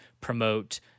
promote